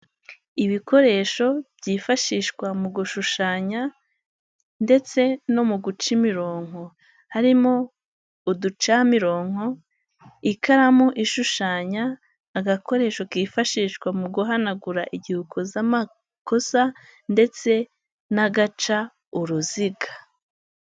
Ibikoresho byifashishwa mu gushushanya ndetse no mu guca imironko, harimo uducamironko, ikaramu ishushanya, agakoresho kifashishwa mu guhanagura igihe ukoze amakosa ndetse n'agaca uruziga.